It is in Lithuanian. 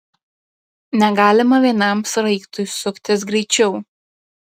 negalima vienam sraigtui suktis greičiau